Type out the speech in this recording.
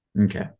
Okay